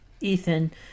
Ethan